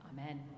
Amen